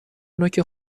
نوک